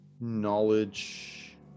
knowledge